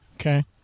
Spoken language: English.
Okay